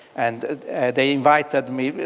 and they invited me me